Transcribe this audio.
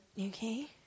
Okay